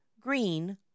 green